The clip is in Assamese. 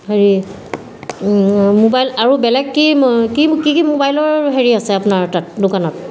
হেৰি মোবাইল আৰু বেলেগ কি কি কি কি মোবাইলৰ হেৰি আছে আপোনাৰ তাত দোকানত